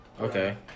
Okay